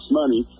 money